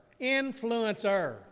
Influencer